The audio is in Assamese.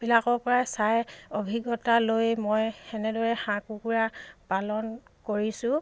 বিলাকৰপৰাই চাই অভিজ্ঞতা লৈ মই তেনেদৰে হাঁহ কুকুৰা পালন কৰিছোঁ